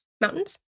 Mountains